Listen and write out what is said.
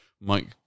Mike